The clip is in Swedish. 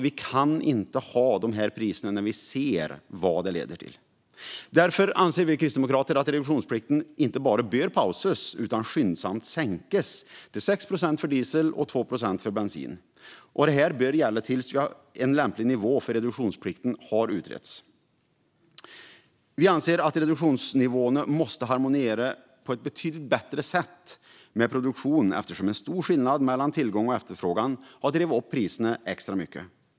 Vi kan inte ha dessa priser när vi ser vad det leder till. Därför anser vi kristdemokrater att reduktionsplikten inte bara bör pausas utan skyndsamt sänkas, till 6 procent för diesel och 2 procent för bensin, och detta bör gälla tills en lämplig nivå för reduktionsplikten har utretts. Vi anser att reduktionsnivåerna måste harmoniera med produktionen på ett bättre sätt, eftersom en stor skillnad mellan tillgång och efterfrågan har drivit upp priserna extra mycket.